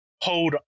hold